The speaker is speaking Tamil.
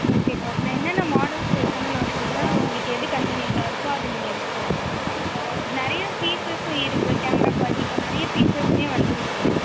ஓகேப்பா அப்போ நான் என்னென்ன மாடல்ஸ் இருக்குதுன்னு நான் சொல்கிறேன் உங்களுக்கு எது கன்வினியண்ட்டாக இருக்கோ அது நீங்கள் எடுத்துக்கங்க நிறைய ஃபியூச்சர்ஸும் இருக்குது கேமரா குவாலிட்டி இப்போ நம்ம நிறைய ஃபியூச்சர்ஸுமே வந்திருக்கு